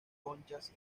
conchas